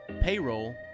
payroll